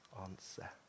answer